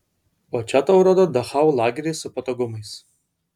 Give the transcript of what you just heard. o čia tau rodo dachau lagerį su patogumais